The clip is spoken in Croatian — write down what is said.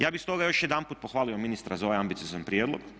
Ja bih stoga još jedanput pohvalio ministra za ovaj ambiciozan prijedlog.